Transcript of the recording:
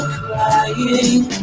crying